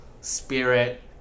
spirit